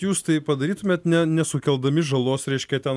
jūs tai padarytumėt ne nesukeldami žalos reiškia ten